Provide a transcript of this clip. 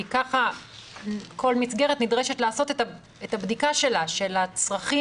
כי כך כל מסגרת נדרשת לעשות את הבדיקה שלה של הצרכים.